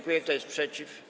Kto jest przeciw?